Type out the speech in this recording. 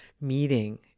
meeting